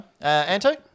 Anto